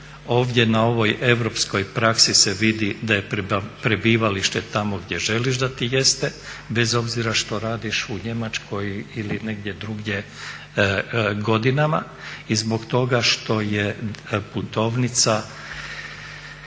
Ovdje na ovoj europskoj praksi se vidi da je prebivalište tamo gdje želiš da ti jeste, bez obzira što radiš u Njemačkoj ili negdje drugdje godinama i zbog toga što je putovnica